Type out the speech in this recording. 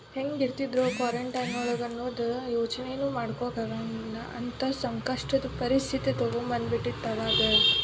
ಹೆಂಗೆ ಇರ್ತಿದ್ದರು ಕ್ವಾರಂಟೈನೊಳಗೆ ಅನ್ನೋದು ಯೋಚನೆನೂ ಮಾಡ್ಕೋಕ್ಕೆ ಆಗಂಗಿಲ್ಲ ಅಂತ ಸಂಕಷ್ಟದ ಪರಿಸ್ಥಿತಿ ತೊಗೊಂಬಂದ್ಬಿಟ್ಟಿತ್ತು ಅವಾಗ